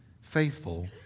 faithful